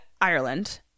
Ireland